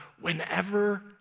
whenever